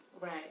Right